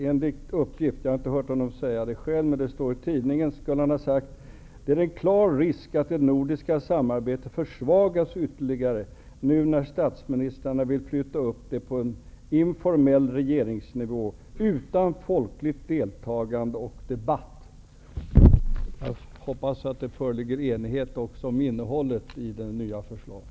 Enligt uppgift i en tidning har Olof Johansson sagt följande, men jag har inte hört honom säga det själv: Det är en klar risk att det nordiska samarbetet försvagas ytterligare nu när statsministrarna vill flytta upp det på en informell regeringsnivå utan folkligt deltagande och debatt. Jag hoppas att det föreligger enighet också om innehållet i det nya förslaget.